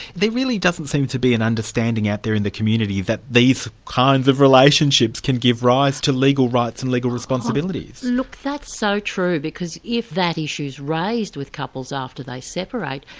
really doesn't seem to be an understanding out there in the community that these kinds of relationships can give rise to legal rights and legal responsibilities. look that's so true, because if that issue is raised with couples after they separate,